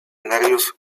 nervios